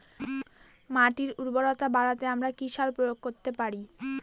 মাটির উর্বরতা বাড়াতে আমরা কি সার প্রয়োগ করতে পারি?